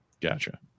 Gotcha